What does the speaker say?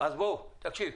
אז בוא, תקשיב,